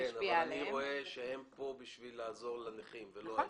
כן אבל אני רואה פה שהם בשביל לעזור לנכים ולא ההיפך.